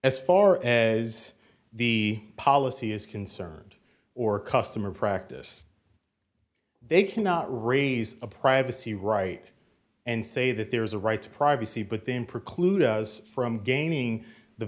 as far as the policy is concerned or customer practice they cannot raise a privacy right and say that there's a right to privacy but then preclude us from gaining the